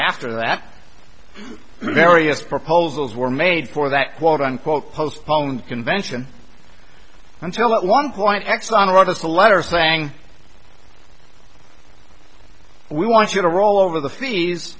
after that various proposals were made for that quote unquote postponed convention until at one point exxon wrote us a letter saying we want you to roll over the f